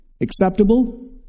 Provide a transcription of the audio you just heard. Acceptable